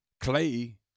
Clay